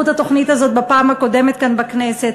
את התוכנית הזאת בפעם הקודמת כאן בכנסת.